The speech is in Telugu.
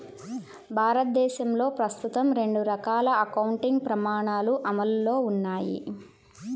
భారతదేశంలో ప్రస్తుతం రెండు రకాల అకౌంటింగ్ ప్రమాణాలు అమల్లో ఉన్నాయి